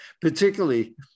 particularly